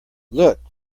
look